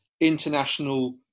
international